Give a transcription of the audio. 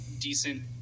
decent